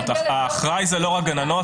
עבודות שירות ופה אומרים: זה לא מספיק חמור.